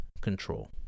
control